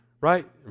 right